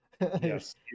Yes